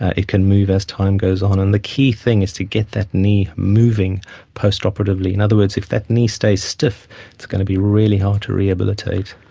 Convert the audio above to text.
it can move as time goes on. and the key thing is to get that knee moving post-operatively. in other words, if that knee stays stiff it's going to be really hard to rehabilitate.